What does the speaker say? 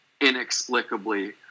inexplicably